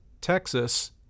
Texas